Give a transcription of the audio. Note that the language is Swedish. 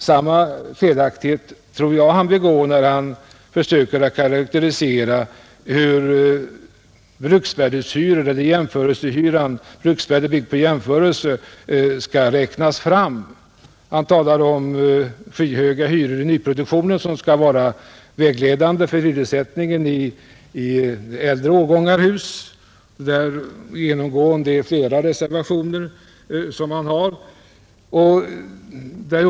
Samma felaktighet tror jag han gör sig skyldig till när han försöker karakterisera hur jämförelsehyran, byggd på bruksvärdet skall räknas fram. Han talar om skyhöga hyror i nyproduktionen som skall vara vägledande för hyressättningen i äldre årgångar av hus — ett genomgående tema i flera reservationer som han har anfört.